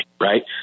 right